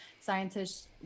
scientists